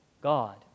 God